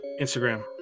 Instagram